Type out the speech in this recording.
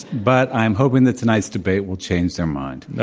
but i am hoping that tonight's debate will change their mind.